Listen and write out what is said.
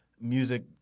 music